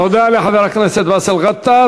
תודה לחבר הכנסת באסל גטאס.